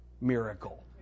miracle